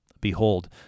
Behold